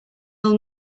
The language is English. will